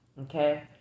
okay